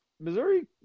Missouri